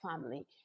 family